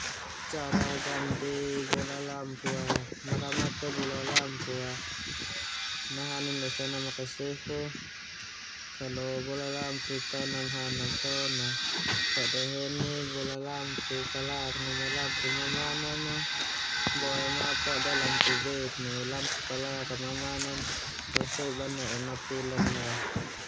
Cara gati bola lampu a, makamate bola lampu a nahanin losa ana makasufu kalau bola lampu ta namhan so na pode heni bola lampu palak neme lampu mamanan a boema pode lampu beuk neu lampu palak a mamanan ho sob'a ne'e napilan leo.